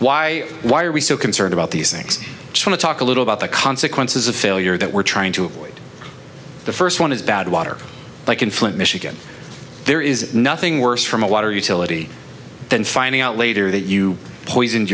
why why are we so concerned about these things to talk a little about the consequences of failure that we're trying to avoid the first one is bad water like in flint michigan there is nothing worse from a water utility than finding out later that you poison